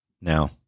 Now